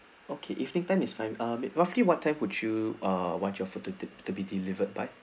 okay evening time is fine uh roughly what time would you uh want your food to be delivered by